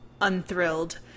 unthrilled